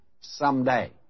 someday